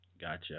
Gotcha